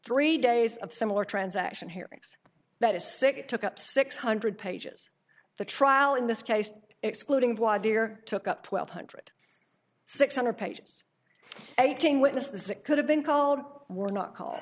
three days of similar transaction hearings that is sick it took up six hundred pages the trial in this case excluding five year took up twelve hundred six hundred pages eighteen witnesses it could have been called we're not ca